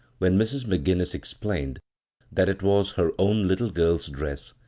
when mrs. mcginnis explained that it was her own little girl's dress,